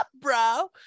bro